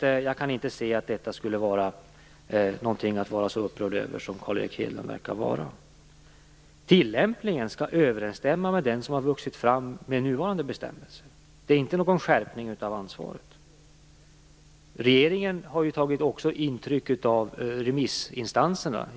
Jag kan alltså inte se att detta är något att vara så upprörd över som Carl Erik Hedlund verkar vara. Tillämpningen skall överensstämma med den som har vuxit fram med nuvarande bestämmelser. Det är inte fråga om någon skärpning av ansvaret. Regeringen har också tagit intryck av remissinstanserna.